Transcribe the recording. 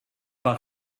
par